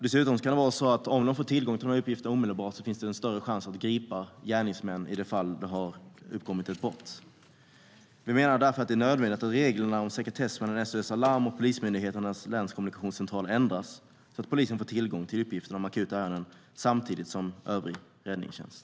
Dessutom kan det vara så att om polisen får tillgång till dessa uppgifter omedelbart finns det en större chans att gripa gärningsmän i det fall det har begåtts ett brott. Vi menar därför att det är nödvändigt att reglerna om sekretess mellan SOS Alarm och polismyndigheternas länskommunikationscentral ändras så att polisen får tillgång till uppgifter om akuta ärenden samtidigt som övrig räddningstjänst.